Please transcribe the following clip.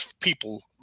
people